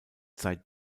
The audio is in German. seit